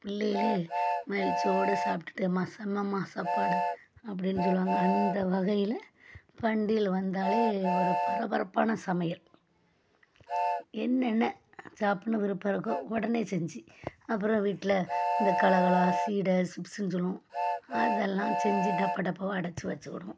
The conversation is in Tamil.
பிள்ளேகளே மகிழ்ச்சியோடு சாப்பிடுட்டேன்மா செம்ம மா சாப்பாடு அப்படின்னு சொல்லுவாங்க அந்த வகையில் பண்டிகைகள் வந்தாலே ஒரு பரபரப்பான சமையல் என்னென்ன சாப்பிட்ணும் விருப்பம் இருக்கோ உடனே செஞ்சு அப்புறம் வீட்டில இந்த கலகலா சீடை சிப்ஸுன்னு சொல்லுவோம் அதெல்லாம் செஞ்சு டப்பா டப்பாவாக அடைச்சி வச்சிக்கிடுவோம்